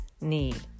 need